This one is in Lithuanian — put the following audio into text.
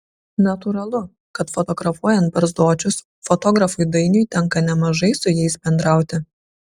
natūralu kad fotografuojant barzdočius fotografui dainiui tenka nemažai su jais bendrauti